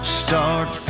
start